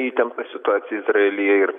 įtempta situacija izraelyje ir